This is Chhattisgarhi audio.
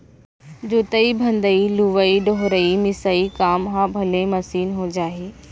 जोतइ भदई, लुवइ डोहरई, मिसाई काम ह भले मसीन हो जाही